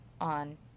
on